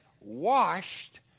washed